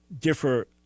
differ